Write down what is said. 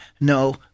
no